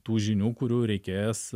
tų žinių kurių reikės